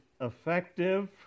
effective